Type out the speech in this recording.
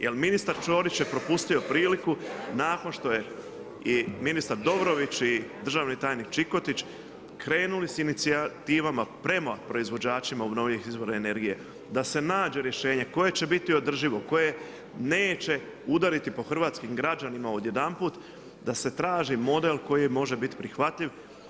Jer ministar Čorić je propustio priliku, nakon što je i ministar Dobrović i državni tajnik Čikotić, krenuli sa inicijativama prema proizvođačima obnovljivih izvora energije, da se nađe rješenje, koje će biti održivo, koje neće udariti po hrvatskim građanima odjedanput, da se traži model, koji može biti prihvatljiv.